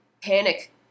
panic